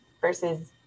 versus